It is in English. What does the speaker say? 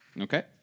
Okay